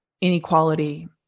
inequality